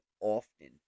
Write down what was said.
often